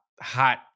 hot